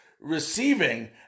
receiving